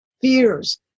fears